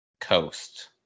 coast